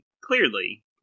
clearly